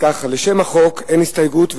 לשם החוק אין הסתייגות,